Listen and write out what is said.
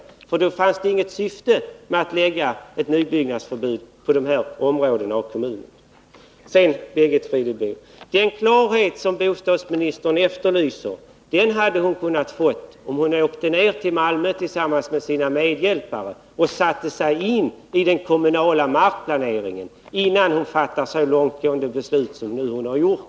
Då skulle det inte finnas något syfte med beslutet om nybyggnadsförbud för de här områdena i kommunen. Sedan, Birgit Friggebo: Den klarhet som bostadsministern efterlyser hade hon kunnat få, om hon hade åkt ner till Malmö tillsammans med sina medhjälpare och satt sig in i den kommunala markplaneringen, innan hon fattat så långtgående beslut som hon nu har gjort.